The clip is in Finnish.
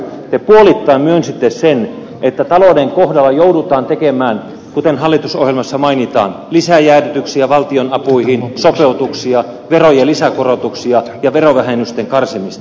te puolittain myönsitte sen että talouden kohdalla joudutaan tekemään kuten hallitusohjelmassa mainitaan lisäjäädytyksiä valtionapuihin sopeutuksia verojen lisäkorotuksia ja verovähennysten karsimista